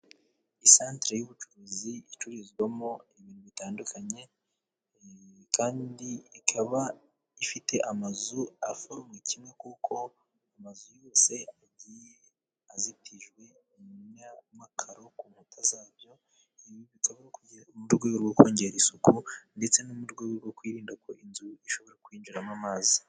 Isantire y'ubucuruzi icururizwamo ibintu bitandukanye kandi ikaba ifite amazu aforumye kimwe, kuko amazu yose agiye azitijwe n'amakaro ku nkuta zabyo , mu rwego rwo kongera isuku ,ndetse no mu rwego rwo kwirinda ko inzu ishobora kwinjiramo amazi.